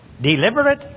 deliberate